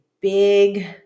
big